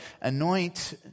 anoint